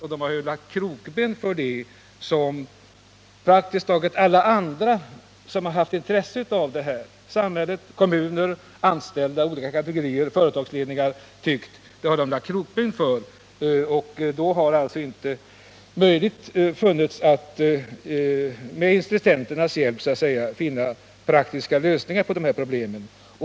Men de har satt krokben för praktiskt taget alla andra som har haft ett intresse: staten, kommunerna, anställda av olika kategorier och företagsledningar. Därför har det inte funnits någon möjlighet att med intressenternas hjälp finna praktiska lösningar på de här problemen.